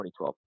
2012